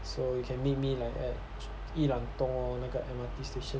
so you can meet me like at 裕廊东咯那个 M_R_T station